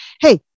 hey